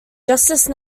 justice